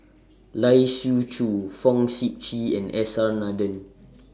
Lai Siu Chiu Fong Sip Chee and S R Nathan